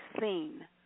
seen